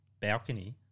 balcony